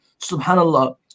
Subhanallah